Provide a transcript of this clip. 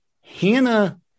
Hannah